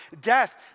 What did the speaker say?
death